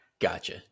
Gotcha